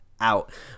out